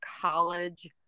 college